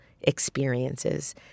experiences